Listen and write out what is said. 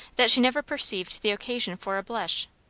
that she never perceived the occasion for a blush.